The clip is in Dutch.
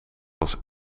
was